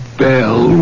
bell